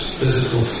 physical